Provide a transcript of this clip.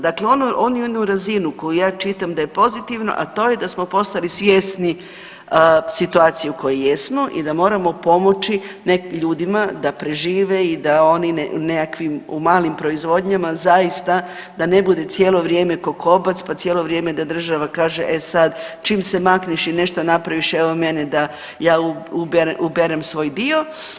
Dakle, oni, onu jednu razinu koju ja čitam da je pozitivno, a to je da smo postali svjesni situacije u kojoj jesmo i da moramo pomoći ljudima da prežive i da oni u nekakvim, u malim proizvodnjama da ne bude cijelo vrijeme ko kobac, pa cijelo vrijeme da država kaže, e sad čim se makneš i nešto napraviš evo mene da ja uberem svoj dio.